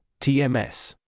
TMS